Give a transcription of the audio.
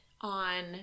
on